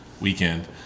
weekend